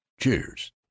Cheers